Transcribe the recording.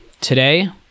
Today